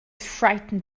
frightened